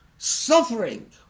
suffering